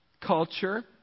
culture